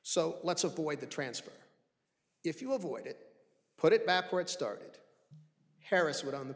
so let's avoid the transfer if you avoid it put it back where it started harris what on the